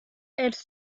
elle